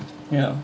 ya